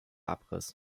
abriss